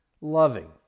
loving